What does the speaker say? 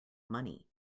money